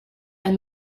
and